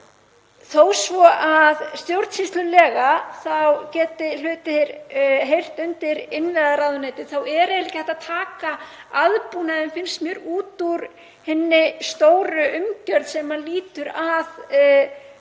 þó svo að stjórnsýslulega geti hlutir heyrt undir innviðaráðuneyti þá er ekki hægt að taka aðbúnaðinn, finnst mér, út úr hinni stóru umgjörð sem lýtur að